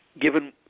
given